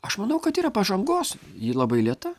aš manau kad yra pažangos ji labai lėta